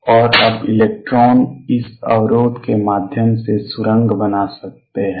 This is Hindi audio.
और अब इलेक्ट्रॉन इस अवरोध के माध्यम से सुरंग बना सकते हैं